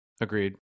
Agreed